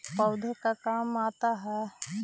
पौधे का काम आता है?